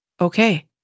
okay